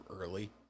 early